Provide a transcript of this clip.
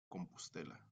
compostela